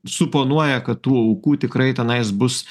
suponuoja kad tų aukų tikrai tenais bus